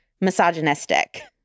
misogynistic